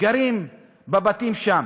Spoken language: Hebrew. גרות בבתים שם.